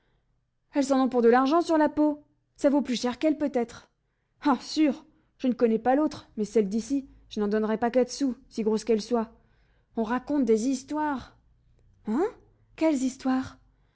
elles en ont pour de l'argent sur la peau ça vaut plus cher qu'elles peut-être ah sûr je ne connais pas l'autre mais celle d'ici je n'en donnerais pas quatre sous si grosse qu'elle soit on raconte des histoires hein quelles histoires